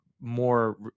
more